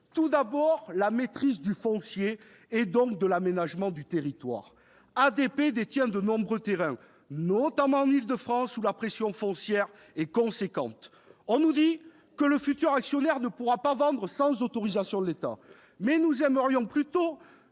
tout d'abord de la maîtrise du foncier, et donc de l'aménagement du territoire. ADP détient de nombreux terrains, notamment en Île-de-France, où s'exerce une forte pression foncière. On nous dit que le futur actionnaire ne pourra pas vendre sans autorisation de l'État ; nous aimerions plutôt